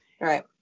Right